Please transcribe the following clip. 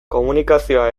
komunikazioa